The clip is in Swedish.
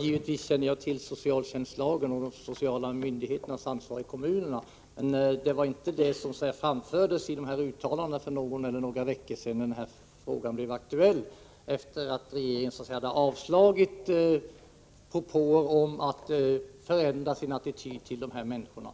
Givetvis känner jag till socialtjänstlagen och de sociala myndigheternas ansvar i kommunerna, men det var inte det saken gällde för någon vecka sedan när frågan blev aktuell, sedan regeringen hade avvisat propåer att förändra sin attityd till det här människorna.